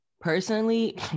Personally